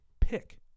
pick